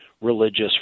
religious